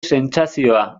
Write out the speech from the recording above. sentsazioa